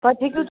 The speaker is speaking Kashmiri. پَتہٕ ہیٚکِو